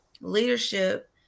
leadership